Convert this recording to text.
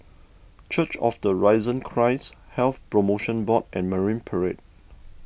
Church of the Risen Christ Health Promotion Board and Marine Parade